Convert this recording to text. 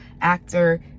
actor